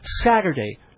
Saturday